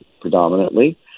predominantly